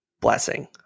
blessing